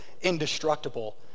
indestructible